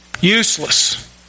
Useless